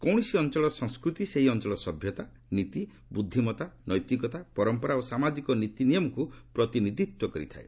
କୌଣସି ଅଞ୍ଚଳର ସଂସ୍କୃତି ସେହି ଅଞ୍ଚଳର ସଭ୍ୟତା ନୀତି ବୁଦ୍ଧିମତ୍ତା ନୈତିକତା ପରମ୍ପରା ଓ ସାମାଜିକ ନୀତିନିୟମକୁ ପ୍ରତିନିଧିତ୍ୱ କରିଥାଏ